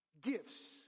Gifts